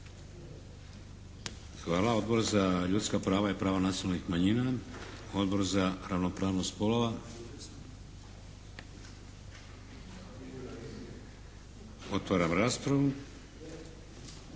Hvala. Odbor za ljudska prava i prava nacionalnih manjina, Odbor za ravnopravnost spolova. Otvaram raspravu.